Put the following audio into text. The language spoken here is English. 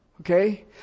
okay